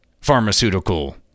pharmaceutical